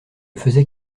faisait